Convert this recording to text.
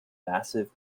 massive